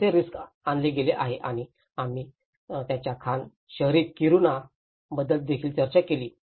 हे कसे रिस्क आणले गेले आहे आणि आम्ही त्यांच्या खाण शहर किरुणा बद्दल देखील चर्चा केली